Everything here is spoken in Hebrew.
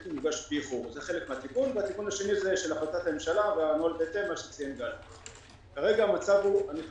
הקודמים היום: יש עו"ד שיוצר את הבעיה,